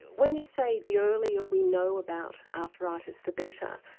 when you say the earlier we know about arthritis the better,